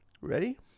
ready